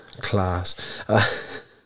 class